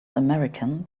american